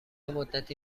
مدتی